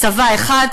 צבא אחד,